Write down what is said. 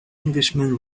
englishman